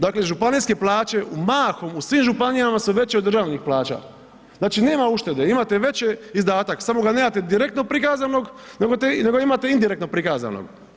Dakle županijske plaće mahom u svim županijama su veće od državnih plaća, znači nema uštede imate veće izdatke samo ga nemate direktno prikazanog nego imate indirektno prikazanog.